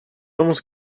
almost